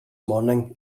morning